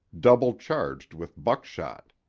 double-charged with buckshot.